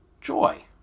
joy